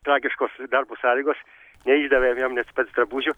tragiškos darbo sąlygos neišdavė jam net specdrabužių